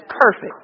perfect